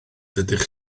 dydych